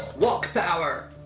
wok power.